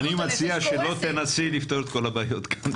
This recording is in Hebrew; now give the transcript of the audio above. אני מציע שלא תנסי לפתור את כל הבעיות כאן.